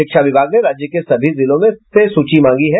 शिक्षा विभाग ने राज्य के सभी जिलों से सूची मांगी है